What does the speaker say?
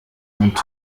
want